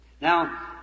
Now